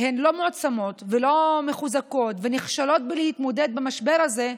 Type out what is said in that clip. לא מועצמות ולא מחוזקות ונכשלות בלהתמודד במשבר הזה,